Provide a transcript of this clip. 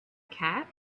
cat